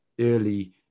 early